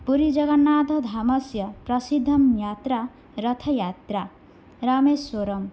पुरीजगन्नाथधामस्य प्रसिद्धा यात्रा रथयात्रा रामेश्वरं